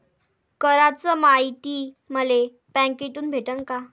कराच मायती मले बँकेतून भेटन का?